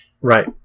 Right